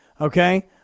Okay